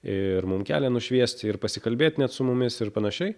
ir mum kelią nušviesti ir pasikalbėt net su mumis ir panašiai